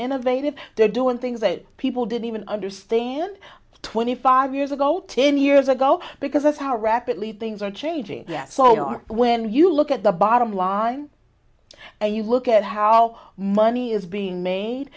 innovative they're doing things that people didn't even understand twenty five years ago ten years ago because of how rapidly things are changing so are when you look at the bottom line and you look at how money is being made